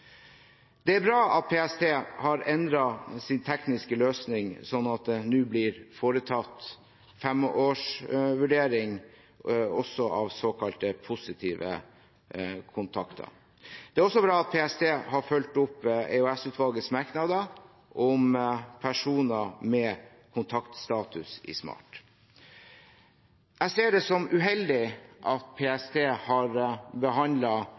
Det er bra at PST har endret sin tekniske løsning, slik at det nå blir foretatt femårsvurdering også av såkalte positive kontakter. Det er også bra at PST har fulgt opp EOS-utvalgets merknader om personer med kontaktstatus i Smart. Jeg ser det som uheldig at PST har